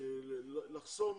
לחסום